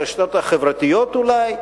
ברשתות החברתיות אולי?